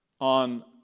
on